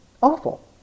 awful